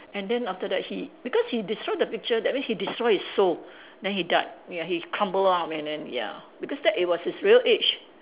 and then after that he because he destroy the picture that means he destroy his soul then he died ya he crumble up and then ya because that it was his real age